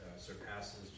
surpasses